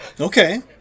Okay